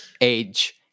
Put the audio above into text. age